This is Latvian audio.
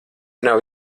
nav